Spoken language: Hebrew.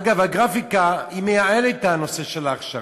אגב, הגרפיקה מייעלת את נושא ההכשרה.